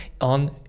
on